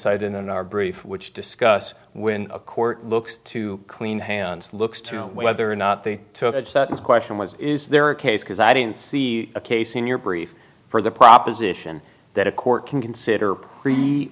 then our brief which discuss when a court looks to clean hands looks to whether or not they took a question was is there a case because i didn't see a case in your brief for the proposition that a court can consider pre